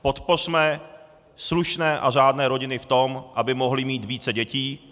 Podpořme slušné a řádné rodiny v tom, aby mohly mít více dětí.